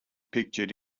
pictured